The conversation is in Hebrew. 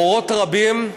אורות רבים,